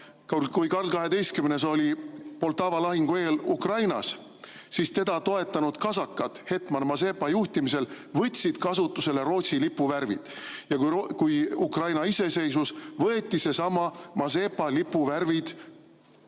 Kui Karl XII oli Poltava lahingu eel Ukrainas, võtsid teda toetanud kasakad hetman Mazepa juhtimisel kasutusele Rootsi lipu värvid. Ja kui Ukraina iseseisvus, võeti Mazepa lipu värvid